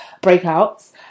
breakouts